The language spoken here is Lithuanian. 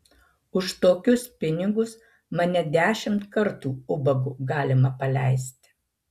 už tokius pinigus mane dešimt kartų ubagu galima paleisti